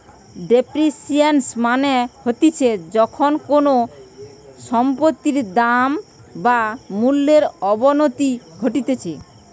depreciation মানে হতিছে যখন কোনো সম্পত্তির দাম বা মূল্যর অবনতি ঘটতিছে